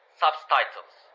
subtitles